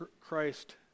Christ